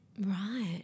Right